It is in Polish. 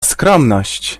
skromność